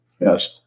Yes